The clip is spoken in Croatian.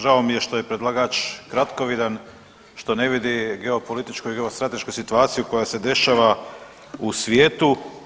Žao mi je što je predlagač kratkovidan, što ne vidi geopolitičku i geostratešku situaciju koja se dešava u svijetu.